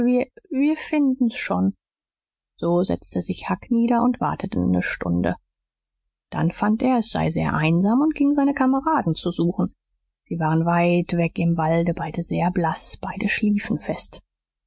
wir wir finden's schon so setzte sich huck nieder und wartete ne stunde dann fand er es sei sehr einsam und ging seine kameraden zu suchen sie waren weit weg im walde beide sehr blaß beide schliefen fest